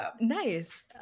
Nice